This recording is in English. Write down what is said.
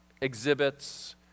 exhibits